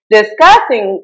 discussing